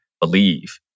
believe